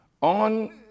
on